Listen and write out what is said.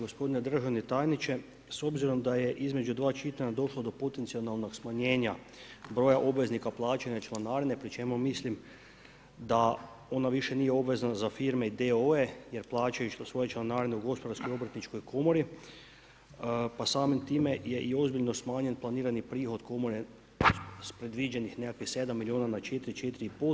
Gospodine državni tajničke, s obzirom da je između dva čitanja došlo do potencijalnog smanjenja broja obveznika plaćanja članarine, pri čemu mislim da ona više nije obvezna za firme i d.o.o. jer plaćaju svoje članarine u Gospodarskoj-obrtničkoj komori pa samim time je i ozbiljno smanjen planirani prihod komore s predviđenih 7 milijuna na 4, 4.5.